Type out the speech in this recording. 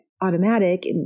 automatic